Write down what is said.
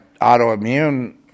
autoimmune